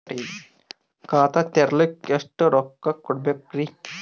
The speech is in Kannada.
ಖಾತಾ ತೆರಿಲಿಕ ಎಷ್ಟು ರೊಕ್ಕಕೊಡ್ಬೇಕುರೀ?